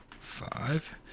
five